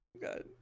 God